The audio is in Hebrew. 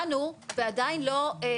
אבל הצלחנו בגלל שהגענו, ועדיין לא סיימו.